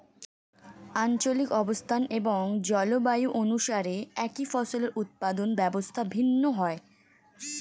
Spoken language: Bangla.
আঞ্চলিক অবস্থান এবং জলবায়ু অনুসারে একই ফসলের উৎপাদন ব্যবস্থা ভিন্ন হয়